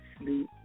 sleep